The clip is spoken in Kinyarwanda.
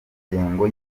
ingengo